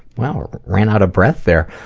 wow, ran out of breath there.